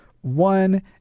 one